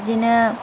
बिदिनो